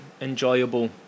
enjoyable